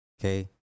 Okay